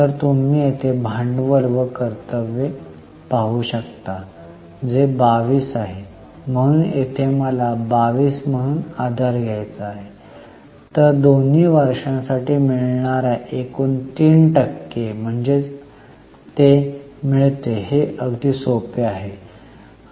तर तुम्ही येथे भांडवल व कर्तव्ये पाहू शकता जे २२ आहे म्हणून येथे मला २२ म्हणून आधार घ्यावा लागेल तर दोन्ही वर्षांसाठी मिळणाऱ्या एकूण 3 टक्के म्हणजे ते मिळते हे अगदी सोपे आहे